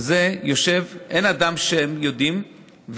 ואין אדם שהם יודעים,